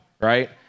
right